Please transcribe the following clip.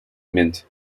mint